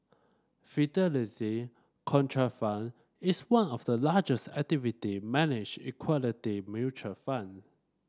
Fidelity Contrafund is one of the largest activity managed equality mutual fund